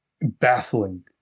baffling